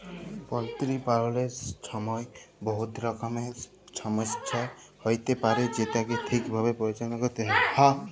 poultry পাললের ছময় বহুত রকমের ছমচ্যা হ্যইতে পারে যেটকে ঠিকভাবে পরিচাললা ক্যইরতে হ্যয়